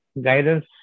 guidance